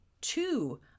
two